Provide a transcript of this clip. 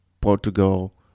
Portugal